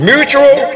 Mutual